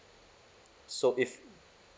so if